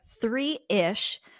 three-ish